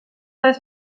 les